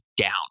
down